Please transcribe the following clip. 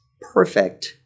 perfect